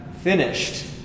finished